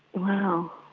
wow.